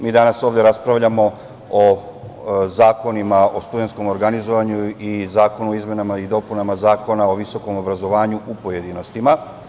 Mi danas ovde raspravljamo o zakonima o studentskom organizovanju i Zakonu o izmenama i dopunama Zakona o visokom obrazovanju, u pojedinostima.